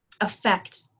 affect